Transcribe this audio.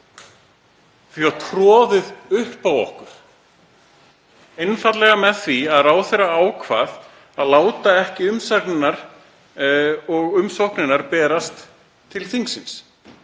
var troðið upp á okkur með því að ráðherra ákvað að láta ekki umsagnirnar og umsóknirnar berast til þingsins.